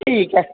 ਠੀਕ ਹੈ